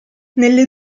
nelle